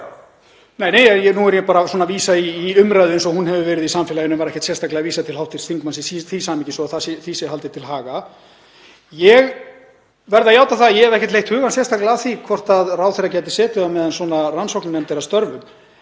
Nei, nei. Nú er ég bara að vísa í umræðu eins og hún hefur verið í samfélaginu, ég var ekkert sérstaklega að vísa til hv. þingmanns í því samhengi, svo því sé haldið til haga. Ég verð að játa það að ég hef ekki leitt hugann sérstaklega að því hvort ráðherra geti setið á meðan svona rannsóknarnefnd er að störfum